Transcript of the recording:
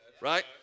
right